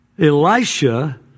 Elisha